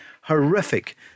horrific